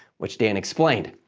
which dan explained.